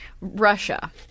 Russia